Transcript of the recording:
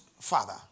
father